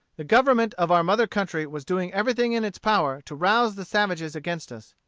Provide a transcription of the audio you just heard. the government of our mother country was doing everything in its power to rouse the savages against us.